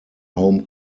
home